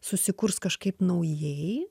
susikurs kažkaip naujai